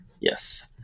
Yes